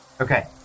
Okay